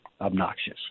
obnoxious